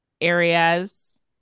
areas